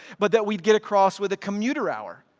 but that we'd get across with a commuter hour.